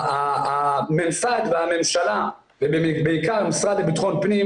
הממסד והממשלה ובעיקר המשרד לבטחון פנים